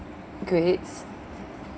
grades